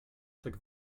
tak